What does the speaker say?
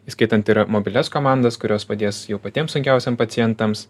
įskaitant ir mobilias komandas kurios padės jau patiems sunkiausiem pacientams